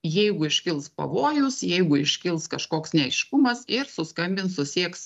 jeigu iškils pavojus jeigu iškils kažkoks neaiškumas ir suskambins susieks